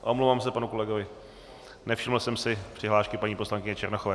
Omlouvám se panu kolegovi, nevšiml jsem si přihlášky paní poslankyně Černochové.